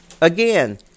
again